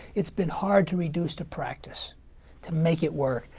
it's been hard to reduce the practice to make it work,